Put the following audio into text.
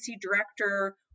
director